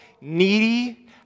needy